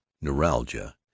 neuralgia